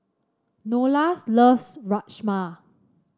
Nola loves Rajma